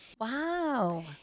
Wow